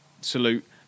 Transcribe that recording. salute